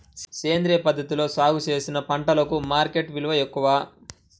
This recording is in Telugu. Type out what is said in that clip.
సేంద్రియ పద్ధతిలో సాగు చేసిన పంటలకు మార్కెట్ విలువ ఎక్కువ